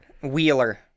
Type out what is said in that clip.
Wheeler